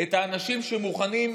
את האנשים שמוכנים,